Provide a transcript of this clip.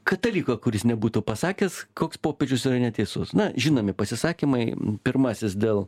kataliko kuris nebūtų pasakęs koks popiežius yra neteisus na žinomi pasisakymai pirmasis dėl